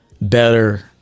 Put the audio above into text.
better